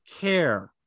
care